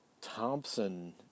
Thompson